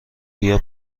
بیا